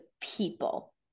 people